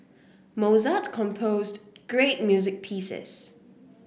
Mozart composed great music pieces